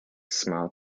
small